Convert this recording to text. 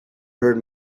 heard